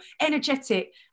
energetic